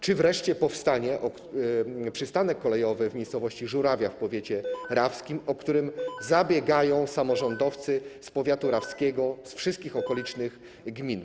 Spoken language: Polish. Czy wreszcie powstanie przystanek kolejowy w miejscowości Żurawia w powiecie rawskim, o który zabiegają samorządowcy z powiatu rawskiego, z wszystkich okolicznych gmin?